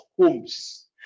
homes